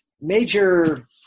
major